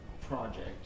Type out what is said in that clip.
project